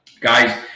guys